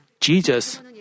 Jesus